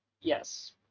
yes